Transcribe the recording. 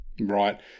right